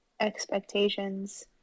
expectations